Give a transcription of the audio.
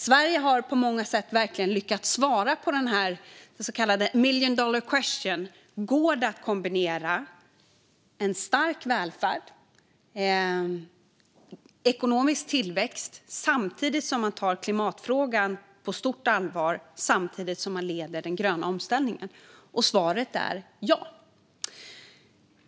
Sverige har på många sätt verkligen lyckats svara på denna så kallade million dollar question: Går det att ha en stark välfärd och ekonomisk tillväxt samtidigt som man tar klimatfrågan på stort allvar och samtidigt som man leder den gröna omställningen? Svaret är ja.